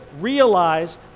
realize